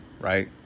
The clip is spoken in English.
right